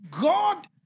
God